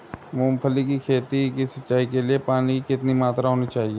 मूंगफली की खेती की सिंचाई के लिए पानी की कितनी मात्रा होनी चाहिए?